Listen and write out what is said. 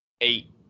Eight